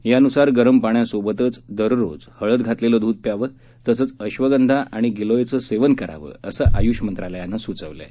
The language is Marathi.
यानुसार गरम पाण्यासोबतच दररोज हळद घातलेलं दूध प्यावं तसंच अश्वगंधा आणि गिलोयचं सेवन करावं असं आयुष मंत्रालयानं सुचवलं आहे